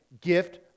gift